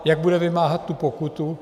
Jak bude vymáhat tu pokutu?